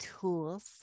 tools